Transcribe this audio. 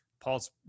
Paul's